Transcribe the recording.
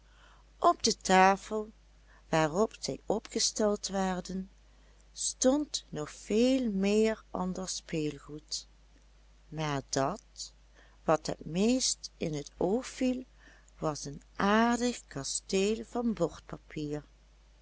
op de tafel waarop zij opgesteld werden stond nog veel meer ander speelgoed maar dat wat het meest in t oog viel was een aardig kasteel van